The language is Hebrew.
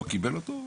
לא קיבל אותו,